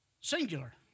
Singular